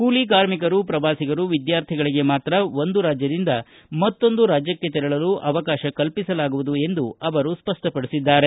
ಕೂಲಿ ಕಾರ್ಮಿಕರು ಪ್ರವಾಸಿಗರು ವಿದ್ಯಾರ್ಥಿಗಳಿಗೆ ಮಾತ್ರ ಒಂದು ರಾಜ್ಯದಿಂದ ಮತ್ತೊಂದು ರಾಜ್ಯಕ್ಕೆ ತೆರಳಲು ಅವಕಾಶ ಕಲ್ಪಿಸಲಾಗುವುದು ಎಂದು ಅವರು ಸ್ಪಷ್ಟಪಡಿಸಿದ್ದಾರೆ